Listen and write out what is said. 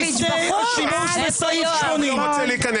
ניסים ואטורי הזמין אותו.